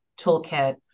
toolkit